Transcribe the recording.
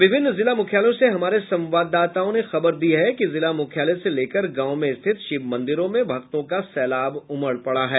उधर विभिन्न जिला मुख्यालयों से हमारे संवाददाताओं ने खबर दी है कि जिला मुख्यालय से लेकर गांव में स्थित शिव मंदिरों में भक्तों का सैलाब उमड़ पड़ा है